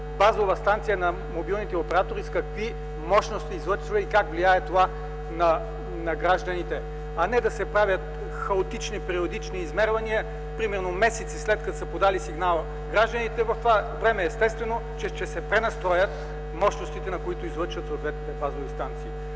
базова станция на мобилните оператори какви мощности излъчва и как влияе това на гражданите, а не да се правят хаотични периодични измервания. Примерно, месеци след подаването на сигнала от гражданите, за това време естествено се пренастройват мощностите, в които излъчват съответните базови станции.